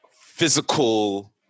physical